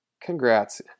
congrats